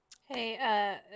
Hey